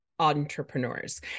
Entrepreneurs